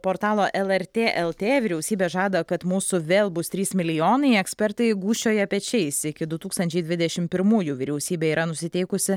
portalo lrt lt vyriausybė žada kad mūsų vėl bus trys milijonai ekspertai gūžčioja pečiais iki du tūkstančiai dvidešim pirmųjų vyriausybė yra nusiteikusi